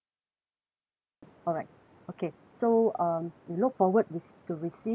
mm alright okay so um we look forward rece~ to receive your